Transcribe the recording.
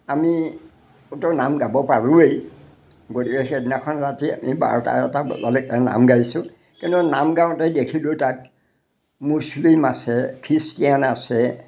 আমিতো নাম গাব পাৰোঁৱেই গতিকে সেইদিনাখন ৰাতি আমি বাৰটা এটা বজালৈকে নাম গাইছোঁ কিন্তু নাম গাঁৱতেই দেখিলোঁ তাত মুছলিম আছে খ্ৰীষ্টিয়ান আছে